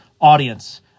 audience